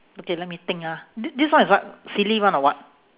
okay let me think ah thi~ this one is what silly one or what